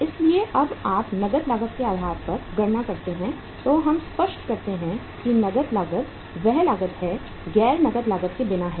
इसलिए जब आप नकद लागत के आधार पर गणना करते हैं तो हम स्पष्ट करते हैं कि नकद लागत वह लागत है गैर नकद लागत के बिना है